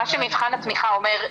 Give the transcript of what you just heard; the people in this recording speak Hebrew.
מה שמבחן התמיכה אומר,